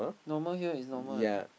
normal here is normal right